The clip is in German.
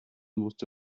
musste